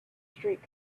streak